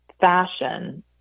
fashion